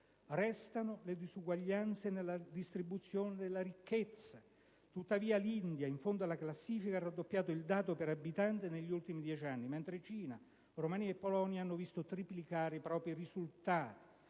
restano le disuguaglianze nella distribuzione della ricchezza, tuttavia l'India, in fondo alla classifica, ha raddoppiato il dato del PIL per abitante negli ultimi dieci anni, mentre Cina, Romania e Polonia hanno visto triplicare i propri risultati.